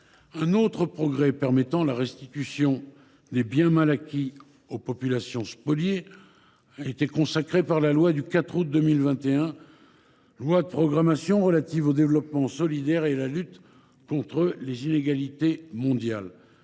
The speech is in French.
un autre progrès permettant la restitution des biens mal acquis aux populations spoliées a été consacré par la loi du 4 août 2021 de programmation relative au développement solidaire et à la lutte contre les inégalités mondiales.